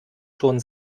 schon